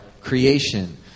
creation